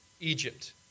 Egypt